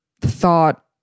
thought